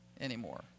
anymore